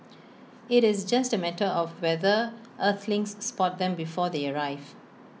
IT is just A matter of whether Earthlings spot them before they arrive